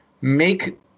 make